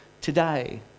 today